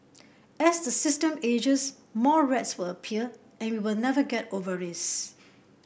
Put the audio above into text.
as the system ages more rats will appear and we will never get over this